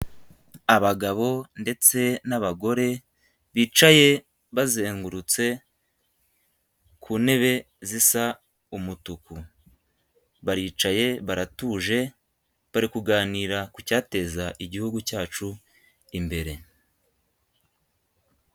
Abagabo ndetse n'abagore bicaye bazengurutse ku ntebe zisa umutuku. Baricaye baratuje bari kuganira ku cyateza igihugu cyacu imbere.